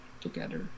together